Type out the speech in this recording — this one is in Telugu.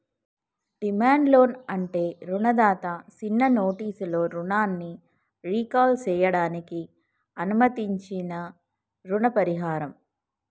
డిమాండ్ లోన్ అంటే రుణదాత సిన్న నోటీసులో రుణాన్ని రీకాల్ సేయడానికి అనుమతించించీ రుణ పరిహారం